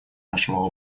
нашего